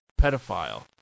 pedophile